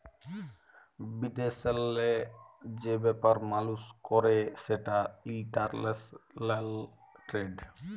বিদেশেল্লে যে ব্যাপার মালুস ক্যরে সেটা ইলটারল্যাশলাল টেরেড